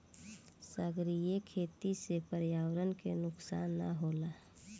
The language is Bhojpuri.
सागरीय खेती से पर्यावरण के नुकसान ना होला